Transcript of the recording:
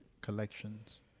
collections